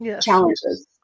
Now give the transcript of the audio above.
challenges